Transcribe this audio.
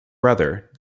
brother